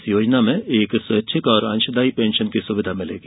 इस योजना में एक स्वैच्छिक और अंशदायी पेन्शन की सुविधा मिलेगी